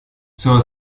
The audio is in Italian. sono